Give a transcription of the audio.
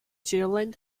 children